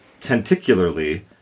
tentacularly